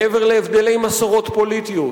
מעבר להבדלי מסורות פוליטיות,